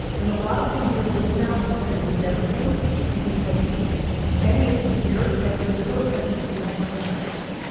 there's a lot of things you're doing now that you said you would never do because you like speed. many of you here ten years ago said you would never text.